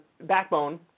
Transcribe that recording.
backbone